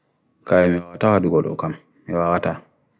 Ko hite so njangudo rannaavege e ovento?